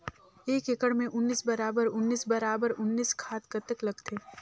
एक एकड़ मे उन्नीस बराबर उन्नीस बराबर उन्नीस खाद कतेक लगथे?